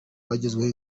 abagizweho